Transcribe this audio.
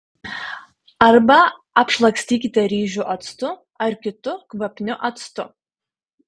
arba apšlakstykite ryžių actu ar kitu kvapniu actu